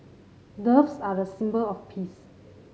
doves are a symbol of peace